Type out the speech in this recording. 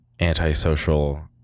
antisocial